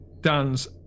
Dan's